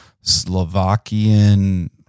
slovakian